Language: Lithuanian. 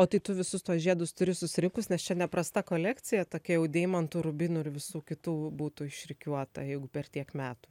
o tai tu visus tuos žiedus turi susirinkus nes čia neprasta kolekcija tokia jau deimantų rubinų ir visų kitų būtų išrikiuota jeigu per tiek metų